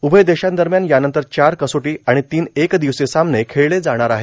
उभय देशादरम्यान यानंतर चार कसोटी आ्राण तीन एर्कादवसीय सामने खेळले जाणार आहेत